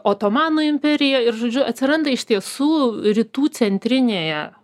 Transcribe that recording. otomanų imperija ir žodžiu atsiranda iš tiesų rytų centrinėje